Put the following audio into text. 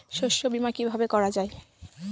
শস্য বীমা কিভাবে করা যায়?